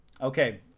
Okay